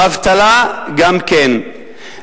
האבטלה גם כן,